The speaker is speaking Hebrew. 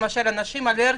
למשל אנשים עם אלרגיה.